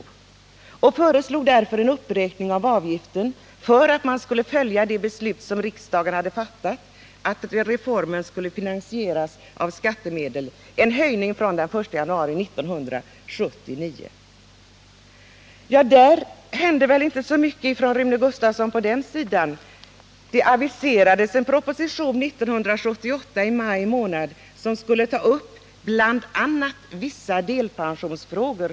Därför föreslogs en uppräkning av avgiften, för att man skulle följa det beslut riksdagen hade fattat att reformen skulle finansieras av skattemedel. Man föreslog en höjning från den 1 januari 1979. Det kom inte så mycket från Rune Gustavsson i den frågan. En proposition aviserades i maj 1978 som skulle ta upp bl.a. vissa delpensionsfrågor.